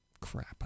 crap